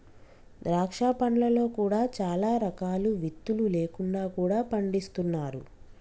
ద్రాక్ష పండ్లలో కూడా చాలా రకాలు విత్తులు లేకుండా కూడా పండిస్తున్నారు